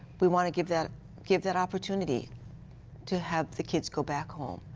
we want to give that give that opportunity to have the kids go back home.